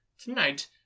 Tonight